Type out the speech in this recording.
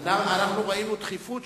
אנחנו ראינו דחיפות,